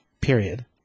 Period